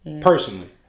personally